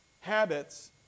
habits